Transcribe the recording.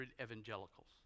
evangelicals